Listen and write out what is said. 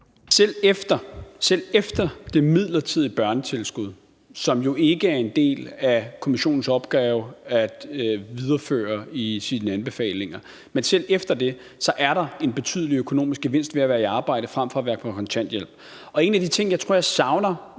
Selv efter det midlertidige børnetilskud, som jo ikke er en del af kommissionens opgave at videreføre i sine anbefalinger, er der en betydelig økonomisk gevinst ved at være i arbejde frem for at være på kontanthjælp. Og en af de ting, jeg bare nogle